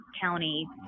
county